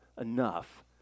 enough